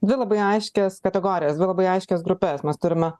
dvi labai aiškias kategorijas dvi labai aiškias grupes mes turime